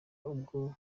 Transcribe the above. ubwo